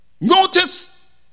Notice